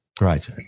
right